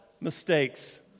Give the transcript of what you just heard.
mistakes